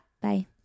Bye